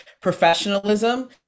professionalism